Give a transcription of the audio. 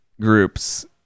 groups